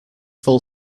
full